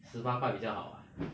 十八块比较好 bah